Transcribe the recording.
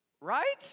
Right